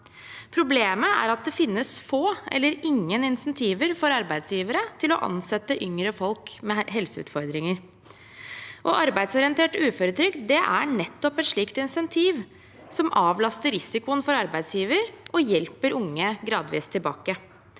Problemet er at det finnes få eller ingen insentiver for arbeidsgivere til å ansette yngre folk med helseutfordringer. Arbeidsorientert uføretrygd er nettopp et slikt insentiv som avlaster risikoen for arbeidsgiver og hjelper unge gradvis tilbake.